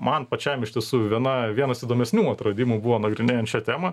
man pačiam iš tiesų viena vienas įdomesnių atradimų buvo nagrinėjant šią temą